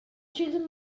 children